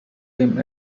him